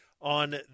on